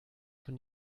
von